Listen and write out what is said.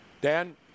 Dan